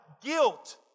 guilt